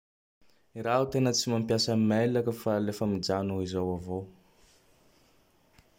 I raho tena tsy mampiasa Mailaka fa lefa mijano izao avao.